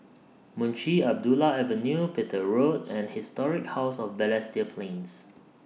Munshi Abdullah Avenue Petir Road and Historic House of Balestier Plains